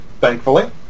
Thankfully